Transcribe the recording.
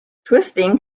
twisting